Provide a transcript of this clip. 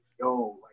yo